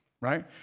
right